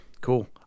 Cool